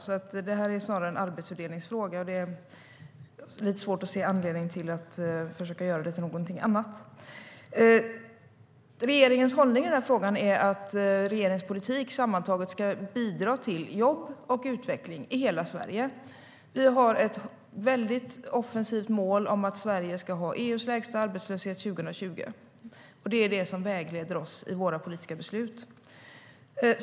Det är alltså snarare en arbetsfördelningsfråga, och det är lite svårt att se anledningen till att man försöker göra det till någonting annat. Regeringens hållning i frågan är att vår politik sammantaget ska bidra till jobb och utveckling i hela Sverige. Vi har ett väldigt offensivt mål om att Sverige ska ha EU:s lägsta arbetslöshet 2020, och det är det som vägleder oss i våra politiska beslut.